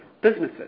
businesses